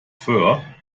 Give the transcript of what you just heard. föhr